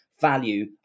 value